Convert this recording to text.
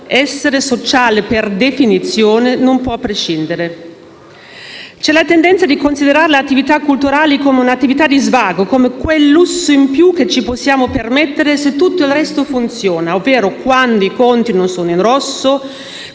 essere sociale per definizione, non può prescindere. C'è la tendenza di considerare le attività culturali come un'attività di svago, come quel lusso in più che ci possiamo permettere se tutto il resto funziona, ovvero quando i conti non sono in rosso,